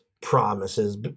promises